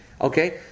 okay